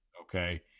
okay